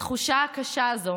התחושה הקשה הזאת